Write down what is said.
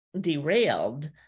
derailed